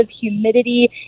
humidity